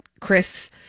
chris